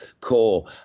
core